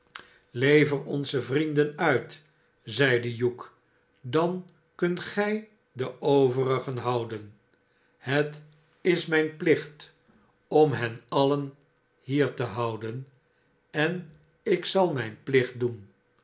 onze vrienden uit zeide hugh dan kunt gij de ovengen liouden het is mijn plicht om hen alien hier te houden en ik zal mijn plicht doen